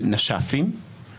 לנש"פים (נותני שירותי פיננסיים),